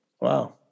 Wow